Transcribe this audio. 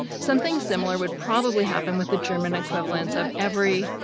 something similar would probably happen with the german equivalents of every,